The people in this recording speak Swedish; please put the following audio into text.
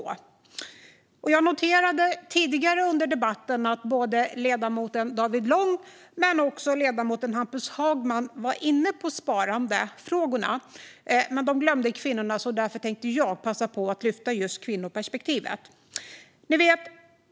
Jag noterade tidigare under debatten att både ledamoten David Lång och ledamoten Hampus Hagman var inne på sparandefrågorna. Men de glömde kvinnorna. Därför tänkte jag passa på att lyfta fram just kvinnoperspektivet.